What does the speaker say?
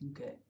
okay